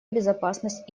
безопасность